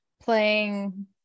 playing